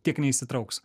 tiek neįsitrauks